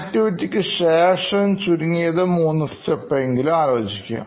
ആക്ടിവിറ്റിക്ക്ശേഷം 3 step എങ്കിലും ആലോചിക്കുക